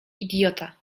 idiota